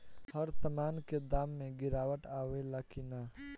हर सामन के दाम मे गीरावट आवेला कि न?